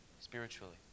spiritually